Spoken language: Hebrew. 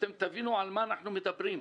ואתם תבינו על מה אנחנו מדברים.